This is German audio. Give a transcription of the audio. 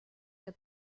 der